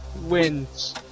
Wins